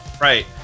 right